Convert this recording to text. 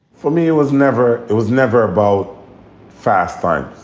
for me, it was never it was never about fast ah